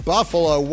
Buffalo